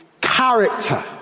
character